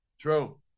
true